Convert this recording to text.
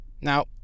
Now